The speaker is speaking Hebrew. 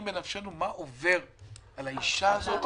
מה עובר על האישה הזו בבית,